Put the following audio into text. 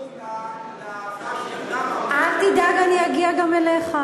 בתנאי שיבטלו גם את ההצעה שירדה מהפרק.